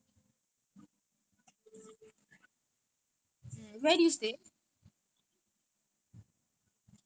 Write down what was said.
that is why I don't stat hall lah also because my parents don't want lah அவங்களுக்கு அந்த:avangalukku antha hall they don't like err outram